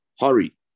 Hurry